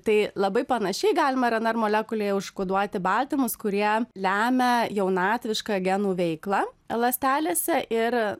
tai labai panašiai galima rnr molekulėj užkoduoti baltymus kurie lemia jaunatvišką genų veiklą ląstelėse ir